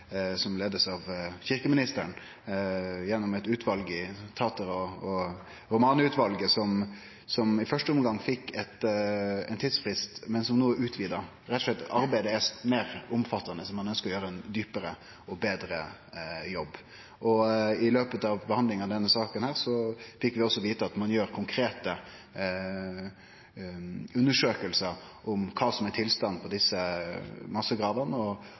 som leiast av kyrkjeministeren gjennom eit utval – tater/-romaniutvalet – som i første omgang fekk ein tidsfrist, men som no er utvida. Arbeidet er rett og slett meir omfattande, så ein ønskjer å gjere ein djupare og betre jobb. I løpet av behandlinga av denne saka fekk vi også vite at ein gjer konkrete undersøkingar om kva som er tilstanden for desse massegravene, og